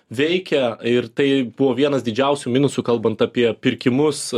veikia ir tai buvo vienas didžiausių minusų kalbant apie pirkimus